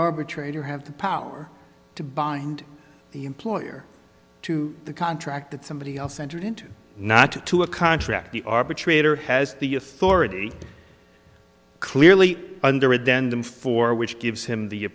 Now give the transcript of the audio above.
arbitrator have the power to bind the employer to the contract that somebody else entered into not to a contract the arbitrator has the authority clearly under it then them for which gives him the